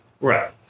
Right